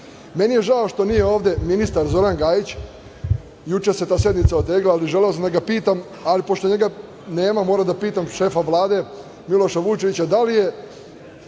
je žao što nije ovde ministar Zoran Gajić. Juče se ta sednica otegla. Želeo sam da ga pitam, ali pošto njega nema, moram da pitam šefa Vlade Miloša Vučevića. Da li je